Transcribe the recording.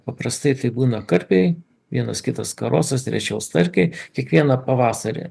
paprastai tai būna karpiai vienas kitas karosas rečiau starkiai kiekvieną pavasarį